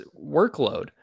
workload